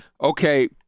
okay